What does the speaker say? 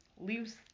leaves